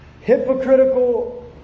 Hypocritical